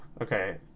Okay